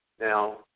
Now